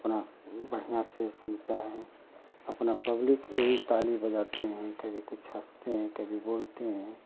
अपना बढ़िया से सुनता है अपना पब्लिक यही ताली बजाते हैं कभी कुछ हँसते हैं कभी बोलते हैं